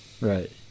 Right